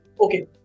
Okay